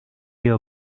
you